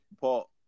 Paul